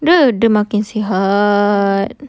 no dia makin sihat